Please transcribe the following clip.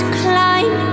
climb